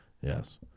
Yes